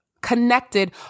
connected